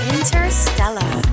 Interstellar